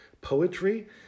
poetry